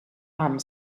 armed